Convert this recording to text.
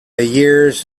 years